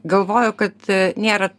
galvoju kad nėra